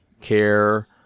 care